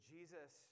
Jesus